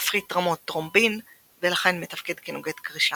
מפחית רמות טרומבין ולכן מתפקד כנוגד קרישה,